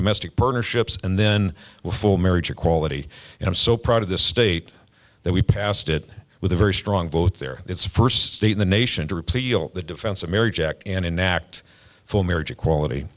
domestic burner ships and then before marriage equality and i'm so proud of this state that we passed it with a very strong vote there it's the first state in the nation to repeal the defense of marriage act and enact for marriage equality